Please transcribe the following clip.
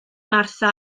martha